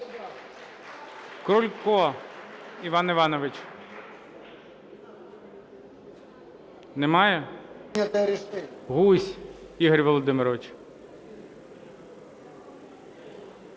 Крулько Іван Іванович. Немає? Гузь Ігор Володимирович.